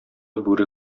бүре